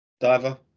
diver